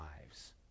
lives